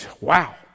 Wow